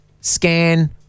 scan